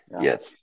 Yes